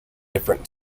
different